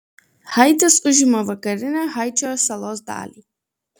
haitis užima vakarinę haičio salos dalį